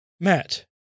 Matt